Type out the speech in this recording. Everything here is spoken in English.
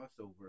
crossover